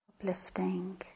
Uplifting